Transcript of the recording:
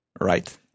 Right